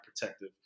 protective